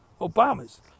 Obama's